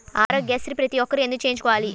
ఆరోగ్యశ్రీ ప్రతి ఒక్కరూ ఎందుకు చేయించుకోవాలి?